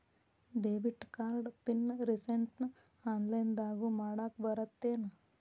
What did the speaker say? debit card PIN ರಿಸೆಟ್ನ ಆನ್ಲೈನ್ದಗೂ ಮಾಡಾಕ ಬರತ್ತೇನ್